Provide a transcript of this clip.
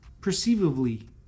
perceivably